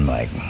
Mike